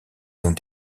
ont